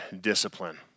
discipline